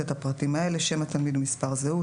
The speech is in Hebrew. את הפרטים האלה: (1) שם התלמיד ומספר הזהות,